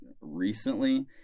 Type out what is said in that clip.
recently